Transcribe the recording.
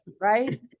Right